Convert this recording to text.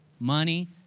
money